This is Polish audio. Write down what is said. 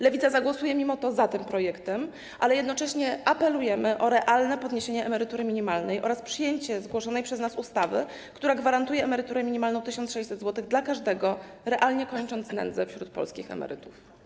Lewica zagłosuje mimo to za tym projektem, ale jednocześnie apelujemy o realne podniesienie emerytury minimalnej oraz przyjęcie zgłoszonej przez nas ustawy, która gwarantuje emeryturę minimalną 1600 zł dla każdego, realnie kończąc z nędzą wśród polskich emerytów.